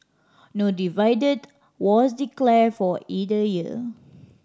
no dividend was declared for either year